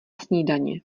snídaně